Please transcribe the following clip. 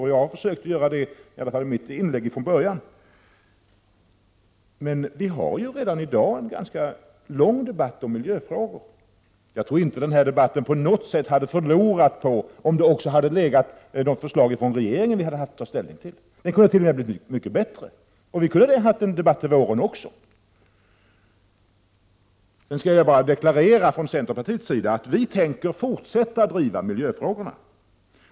Det har jag försökt att göra i mitt inledningsanförande. Men vi har redan i dag en ganska lång debatt om miljöfrågor. Jag tror inte att denna debatt på något sätt hade förlorat på om vi hade fått några förslag från regeringen att ta ställning till. Jag tror t.o.m. att debatten hade kunnat bli mycket bättre. Det skulle inte ha inneburit att vi inte hade kunnat ha en debatt i vår också. Sedan vill jag bara deklarera att vi från centerpartiet tänker fortsätta att driva miljöfrågorna.